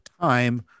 time